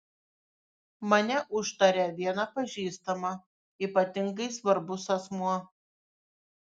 mane užtarė viena pažįstama ypatingai svarbus asmuo